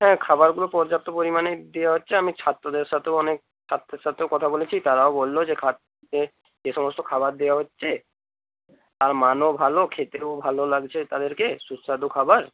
হ্যাঁ খাবারগুলো পর্যাপ্ত পরিমাণেই দেওয়া হচ্ছে আমি ছাত্রদের সাথেও অনেক ছাত্রের সাথেও কথা বলেছি তারাও বলল যে খাদ্যের যে সমস্ত খাবার দেওয়া হচ্ছে তার মানও ভালো খেতেও ভালো লাগছে তাদেরকে সুস্বাদু খাবার